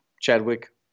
Chadwick